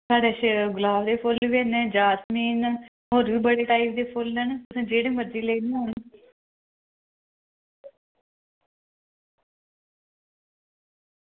साढ़े कोल गुलाब दे फुल्ल बी हैन जैसमीन होर बी बड़े टाईप दे फुल्ल न जेह्ड़े मर्जी लैने होन